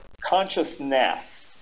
consciousness